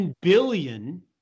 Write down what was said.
billion